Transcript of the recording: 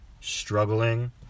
struggling